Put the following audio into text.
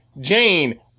jane